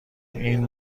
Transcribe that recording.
این